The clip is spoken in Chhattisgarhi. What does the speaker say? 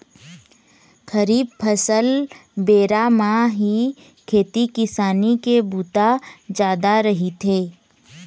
खरीफ फसल बेरा म ही खेती किसानी के बूता जादा रहिथे